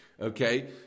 Okay